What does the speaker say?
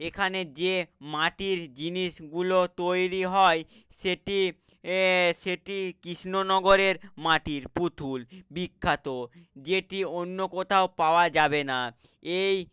এখানে যে মাটির জিনিসগুলো তৈরি হয় সেটি সেটি কৃষ্ণনগরের মাটির পুতুল বিখ্যাত যেটি অন্য কোথাও পাওয়া যাবে না এই